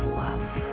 love